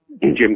Jim